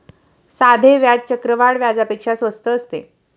साधे व्याज चक्रवाढ व्याजापेक्षा स्वस्त असते